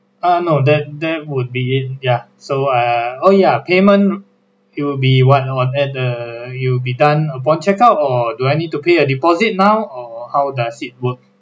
ah no that there would be in ya so ah oh ya payment it will be what what at the it will be done upon check out or do I need to pay a deposit now or how does it work